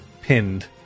Pinned